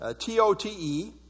T-O-T-E